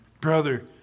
Brother